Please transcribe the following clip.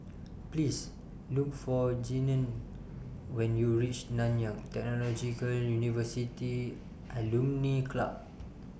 Please Look For Jeannine when YOU REACH Nanyang Technological University Alumni Club